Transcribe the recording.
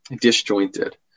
disjointed